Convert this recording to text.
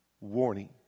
warning